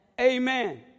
Amen